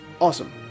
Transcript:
awesome